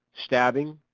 stabbing,